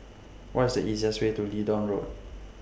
What IS The easiest Way to Leedon Road